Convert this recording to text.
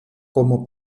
como